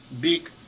big